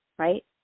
right